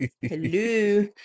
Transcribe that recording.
Hello